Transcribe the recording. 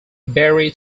barry